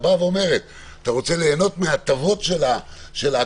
אומרת: אתה רוצה ליהנות מההטבות של ההקלות,